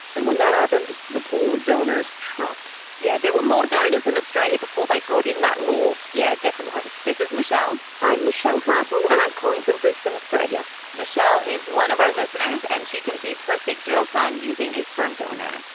and when that happened, the pool of donors shrunk yeah, there were more donors in australia before they brought in that law. yeah, definitely this is michelle i'm michelle harton, and i'm calling from brisbane, australia michelle is one of our listeners, and she conceived her six year old son using a sperm donor.